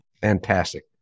fantastic